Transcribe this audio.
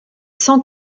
sans